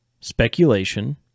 speculation